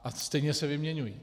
A stejně se vyměňují.